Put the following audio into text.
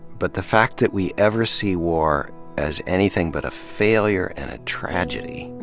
but the fact that we ever see war as anything but a failure and a tragedy,